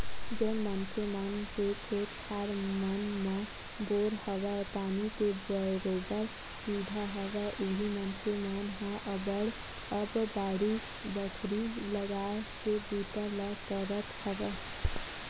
जेन मनखे मन के खेत खार मन म बोर हवय, पानी के बरोबर सुबिधा हवय उही मनखे मन ह अब बाड़ी बखरी लगाए के बूता ल करत हवय